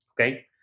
Okay